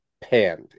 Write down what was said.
panned